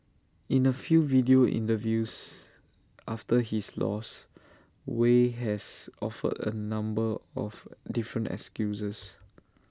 in A few video interviews after his loss Wei has offered A number of different excuses